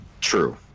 True